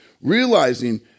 realizing